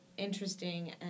interesting